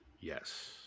Yes